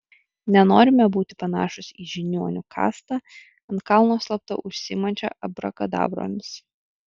nenorime būti panašūs į žiniuonių kastą ant kalno slapta užsiimančią abrakadabromis